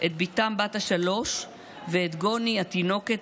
את בתם בת השלוש ואת גוני התינוקת,